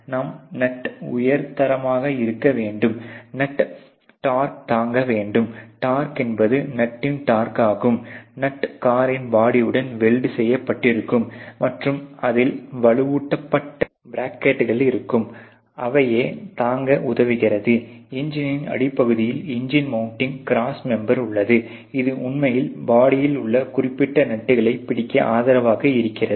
இங்கு நட் உயர் தரமாக இருக்க வேண்டும் நட் டார்கியூயை தாங்க வேண்டும் டார்கியூ என்பது நட்டின் டார்கியூ ஆகும் நட் காரின் பாடியுடன் வெல்டு செய்யப்பட்டு இருக்கும் மற்றும் அதில் வலுவுட்டப்பட்ட ப்ராக்கெட்கள் இருக்கும் அதுவே தாங்க உதவுகிறது எஞ்சினின் அடிப்பகுதியில் எஞ்சின் மவுண்டங் க்ராஸ் மெம்பெர் உள்ளது இது உண்மையில் பாடியில் உள்ள குறிப்பிட்ட நட் களை பிடிக்க ஆதரவாக இருக்கிறது